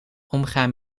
omgaan